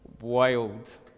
Wild